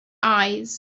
eyes